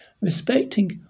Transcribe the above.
respecting